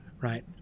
right